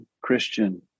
Christian